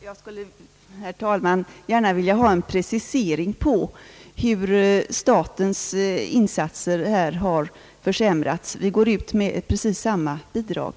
Herr talman! Jag skulle gärna vilja ha en precisering på hur statens insatser i detta avseende har försämrats. Vi går ut med precis samma bidrag.